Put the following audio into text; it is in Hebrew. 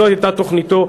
וזו הייתה תוכניתו,